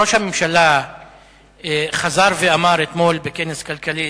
ראש הממשלה חזר ואמר אתמול בכנס "כלכליסט"